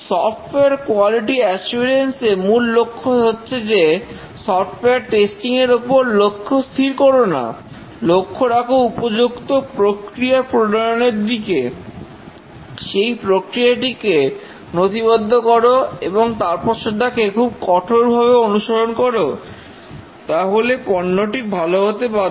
software quality assurance এ মূল লক্ষ্য হচ্ছে যে সফটওয়্যার টেস্টিং এর উপর লক্ষ্য স্থির করো না লক্ষ্য রাখ উপযুক্ত প্রক্রিয়া প্রণয়নের দিকে সেই প্রক্রিয়াটিকে নথিবদ্ধ কর এবং তারপর সেটাকে খুব কঠোরভাবে অনুসরণ করো তাহলে পণ্যটি ভালো হতে বাধ্য